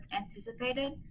*anticipated*